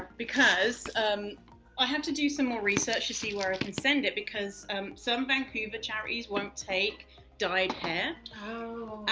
because um i have to do some more research to see where i can send it because some vancouver charities won't take dyed hair. oh.